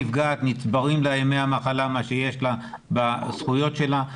נצברים לה ימי המחלה, מה שיש לה בזכויות שלה.